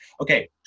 Okay